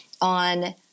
on